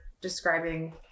describing